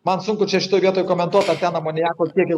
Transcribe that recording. man sunku čia šitoj vietoj komentuot ar ten amoniako tiek jau